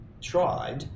tried